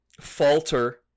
falter